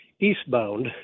eastbound